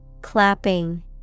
Clapping